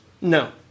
no